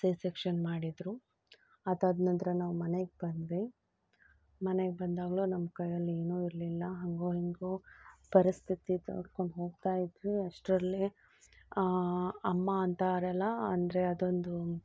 ಸೇ section ಮಾಡಿದರು ಅದಾದ ನಂತ್ರ ನಾವು ಮನೆಗೆ ಬಂದ್ವಿ ಮನೆಗೆ ಬಂದಾಗಲೂ ನಮ್ಮ ಕೈಯ್ಯಲ್ಲಿ ಏನೂ ಇರಲಿಲ್ಲ ಹಾಗೋ ಹೀಗೋ ಪರಿಸ್ಥಿತಿ ತೋಡ್ಕೊಂಡು ಹೋಗ್ತಾಯಿದ್ವಿ ಅಷ್ಟರಲ್ಲೇ ಅಮ್ಮ ಅಂತ ಆರಲ್ಲ ಅಂದರೆ ಅದೊಂದು